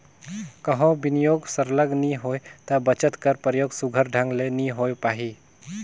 कहों बिनियोग सरलग नी होही ता बचत कर परयोग सुग्घर ढंग ले नी होए पाही